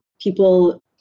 people